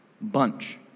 bunch